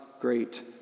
great